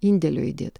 indėlio įdėt